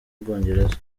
bwongereza